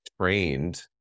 trained